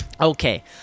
Okay